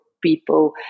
people